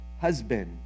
husband